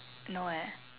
no eh